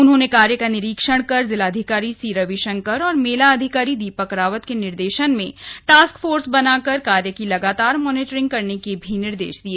उन्होंने कार्य का निरीक्षण कर जिलाधिकारी सी रविशंकर और मेला अधिकारी दीपक रावत के निर्देशन में टास्क फ़ोर्स बनाकर कार्य की लगातार मॉनिटरिंग करने के भी निर्देश दिए